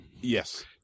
Yes